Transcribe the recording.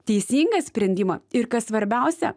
teisingą sprendimą ir kas svarbiausia